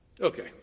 Okay